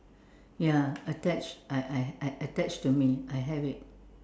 ya attached I I attached to me I have it